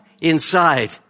inside